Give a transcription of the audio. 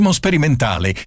sperimentale